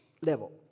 level